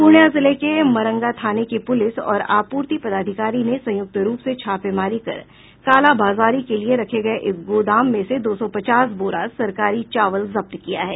पूर्णिया जिले के मरंगा थाने की पुलिस और आपूर्ति पदाधिकारी ने संयुक्त रूप से छापेमारी कर कालाबाजारी के लिये रखे एक गोदाम से दो सौ पचास बोरा सरकारी चावल जब्त किया है